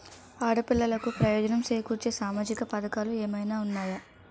ఆడపిల్లలకు ప్రయోజనం చేకూర్చే సామాజిక పథకాలు ఏమైనా ఉన్నాయా?